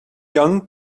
young